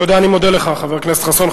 תודה, אני מודה לך, חבר הכנסת חסון.